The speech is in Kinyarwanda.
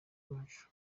bacu